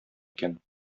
икән